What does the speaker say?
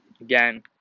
Again